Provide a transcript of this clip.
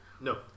No